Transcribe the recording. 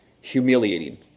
humiliating